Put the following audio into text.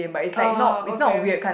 uh okay